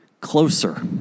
Closer